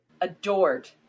adored